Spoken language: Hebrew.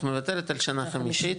את מוותרת על שנה חמישית,